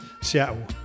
Seattle